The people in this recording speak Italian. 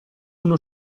uno